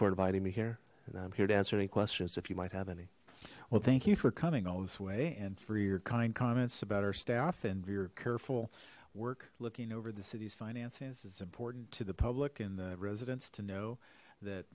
for inviting me here and i'm here to answer any questions if you might have any well thank you for coming all this way and through your kind comments about our staff and we're careful work looking over the city's finances it's important to the public and the residents to know that